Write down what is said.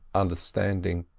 understanding.